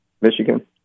Michigan